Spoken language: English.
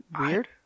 Weird